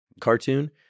cartoon